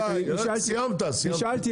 צריך לדבר דברים, צריך לדייק.